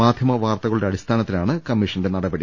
മാധ്യമ വാർത്തകളുടെ അടിസ്ഥാനത്തിലാണ് കമ്മീഷൻ നടപടി